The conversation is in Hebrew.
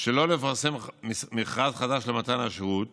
שלא לפרסם מכרז חדש למתן השירות